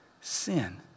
sin